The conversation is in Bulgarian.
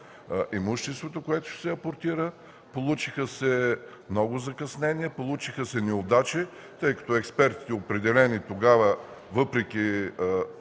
имуществото, което ще се апортира. Получиха се много закъснения, получиха се неудачи, тъй като експертите, определени тогава, при